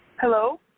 Hello